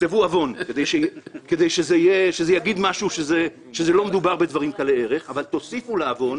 תכתבו עוון כדי שזה יבטא שלא מדובר בדברים קלי ערך אבל תוסיפו לעוון